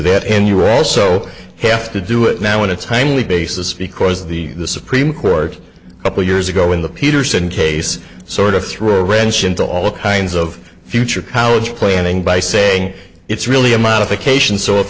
that and you also have to do it now in a timely basis because the supreme court couple years ago in the peterson case sort of threw a wrench into all kinds of future powers planning by saying it's really a modification so if